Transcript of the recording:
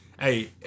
Hey